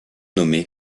nommé